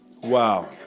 Wow